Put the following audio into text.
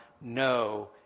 No